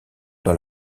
dans